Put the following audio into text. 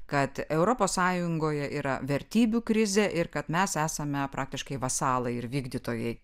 kad europos sąjungoje yra vertybių krizė ir kad mes esame praktiškai vasalai ir vykdytojai